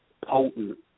Potent